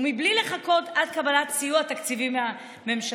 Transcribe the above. ובלי לחכות עד קבלת סיוע תקציבי ממשלתי,